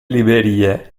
librerie